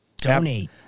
Tony